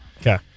Okay